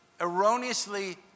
erroneously